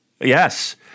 Yes